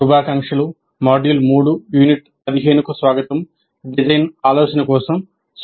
శుభాకాంక్షలు module 3 unit 15 కు స్వాగతం డిజైన్ ఆలోచన కోసం సూచన